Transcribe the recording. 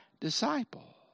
disciple